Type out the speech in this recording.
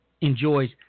enjoys